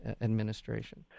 administration